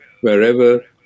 wherever